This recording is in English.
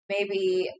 maybe-